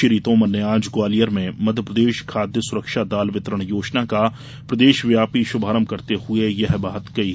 श्री तोमर ने आज ग्वालियर में मध्यप्रदेश खाद्य सुरक्षा दाल वितरण योजना का प्रदेशव्यापी शुभारंभ करते हुए यह बात कही